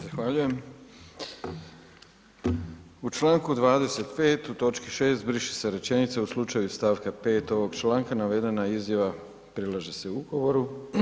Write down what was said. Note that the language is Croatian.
Zahvaljujem, u članku 25. u točki 6. briše se rečenica: „U slučaju iz stavka 5. ovog članka navedena izjava prilaže se ugovoru.